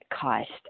cost